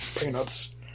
Peanuts